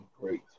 great